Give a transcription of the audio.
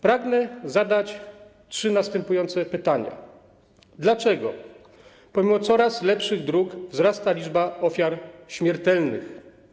Pragnę zadać trzy następujące pytania: Dlaczego pomimo coraz lepszych dróg wzrasta liczba ofiar śmiertelnych?